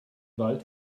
wald